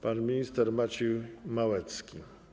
Pan minister Maciej Małecki.